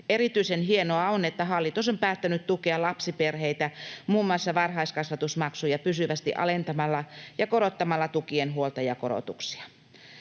Erityisen hienoa on, että hallitus on päättänyt tukea lapsiperheitä muun muassa varhaiskasvatusmaksuja pysyvästi alentamalla ja korottamalla tukien huoltajakorotuksia.